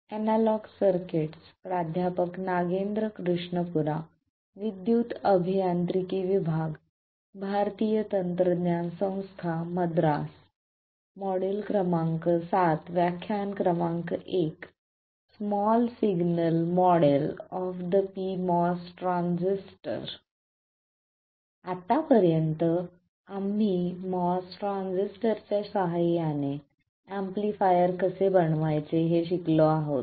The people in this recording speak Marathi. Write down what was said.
आतापर्यंत आम्ही MOS ट्रान्झिस्टरच्या सहाय्याने एम्पलीफायर कसे बनवायचे हे शिकलो आहोत